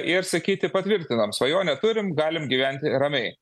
ir sakyti patvirtinom svajonę turim galim gyventi ramiai